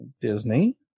Disney